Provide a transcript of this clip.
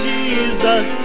Jesus